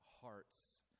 hearts